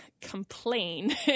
complain